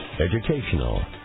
educational